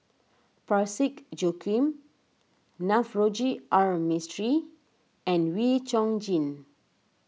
Parsick Joaquim Navroji R Mistri and Wee Chong Jin